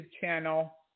channel